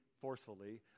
forcefully